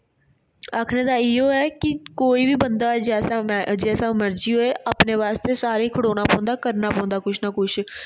आखने दा इ'यो मतलब ऐ कि कोई बी बदां जैसा मर्जी होऐ अपने आस्तै सारें गी खडोना पोंदा करना पोंदा कुछ ना कुछ